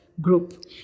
group